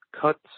cuts